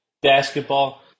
basketball